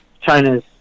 China's